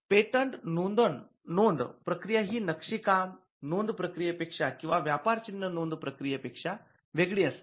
patent नोंद प्रक्रिया ही नक्षीकाम नोंद प्रक्रिये पेक्षा किंवा व्यापारचिन्ह नोंद प्रक्रिये पेक्षा वेगळी असते